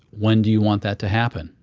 when do you want that to happen,